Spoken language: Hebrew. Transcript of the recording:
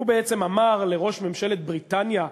הוא אמר לראש ממשלת בריטניה,